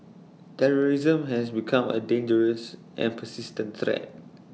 terrorism has become A dangerous and persistent threat